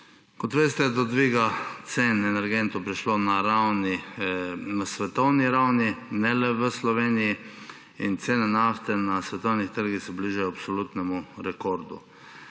Kot veste, do dviga cen energentov je prišlo na svetovni ravni ne le v Sloveniji. In cene nafte na svetovnih trgih se bližajo absolutnemu rekordu.